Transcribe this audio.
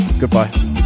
goodbye